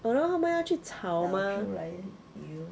!hannor! 他们要去炒 mah